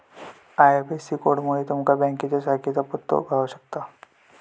IFSC कोडमुळा तुमका बँकेच्या शाखेचो पत्तो गाव शकता